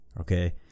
okay